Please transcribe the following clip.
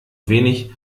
wenig